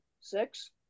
six